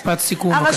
משפט סיכום, בבקשה.